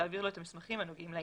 ותעביר לו את המסמכים הנוגעים לעניין.